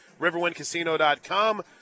riverwindcasino.com